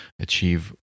achieve